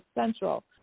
central